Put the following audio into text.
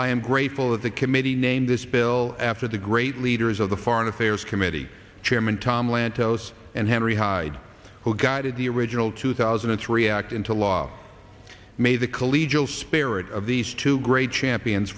i am grateful that the committee named this bill after the great leaders of the foreign affairs committee chairman tom lantos and henry hyde who guided the original two thousand and three act into law may the collegial spirit of these two great champions